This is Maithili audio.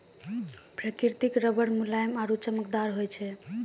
प्रकृतिक रबर मुलायम आरु चमकदार होय छै